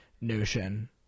notion